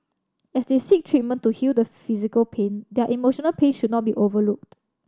as they seek treatment to heal the physical pain their emotional pain should not be overlooked